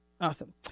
Awesome